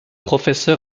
professeur